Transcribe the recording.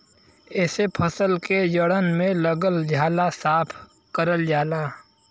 एसे फसल के जड़न में लगल झाला साफ करल जाला